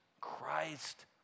Christ